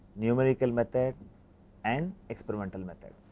numerical method and experimental method.